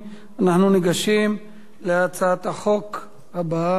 אנחנו ניגשים להצעת החוק הבאה: הצעת חוק